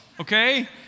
okay